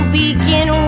begin